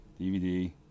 DVD